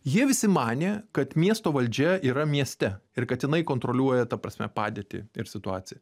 jie visi manė kad miesto valdžia yra mieste ir kad jinai kontroliuoja ta prasme padėtį ir situaciją